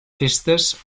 festes